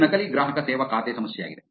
ಇದು ನಕಲಿ ಗ್ರಾಹಕ ಸೇವಾ ಖಾತೆ ಸಮಸ್ಯೆಯಾಗಿದೆ